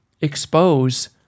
expose